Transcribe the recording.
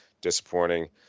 disappointing